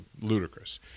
ludicrous